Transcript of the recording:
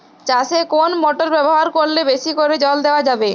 চাষে কোন মোটর ব্যবহার করলে বেশী করে জল দেওয়া যাবে?